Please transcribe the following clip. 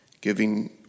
giving